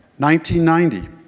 1990